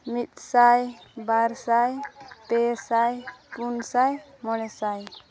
ᱢᱤᱫ ᱥᱟᱭ ᱵᱟᱨ ᱥᱟᱭ ᱯᱮ ᱥᱟᱭ ᱯᱩᱱ ᱥᱟᱭ ᱢᱚᱬᱮ ᱥᱟᱭ